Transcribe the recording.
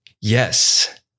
yes